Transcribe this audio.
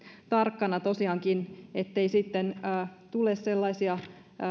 tarkkana tosiaankin ettei sitten tule sellaisia